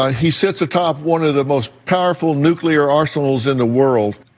ah he sits atop one of the most powerful nuclear arsenals in the world.